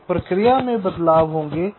तो प्रक्रिया में बदलाव होंगे